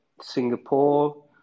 Singapore